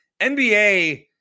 NBA